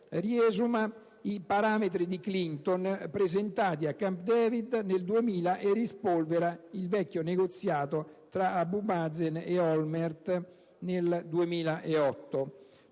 riesumi i «parametri di Clinton» presentati a Camp David nel 2000 e rispolveri il vecchio negoziato tra Abu Mazen e Olmert del 2008.